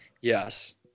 Yes